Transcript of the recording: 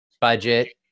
budget